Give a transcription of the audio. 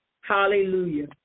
Hallelujah